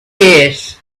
this